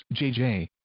JJ